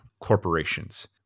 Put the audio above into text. corporations